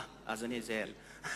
אז אני אזהר.